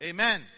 Amen